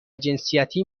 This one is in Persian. جنسیتی